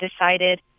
decided